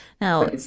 Now